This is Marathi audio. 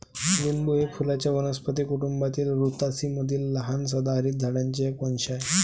लिंबू हे फुलांच्या वनस्पती कुटुंबातील रुतासी मधील लहान सदाहरित झाडांचे एक वंश आहे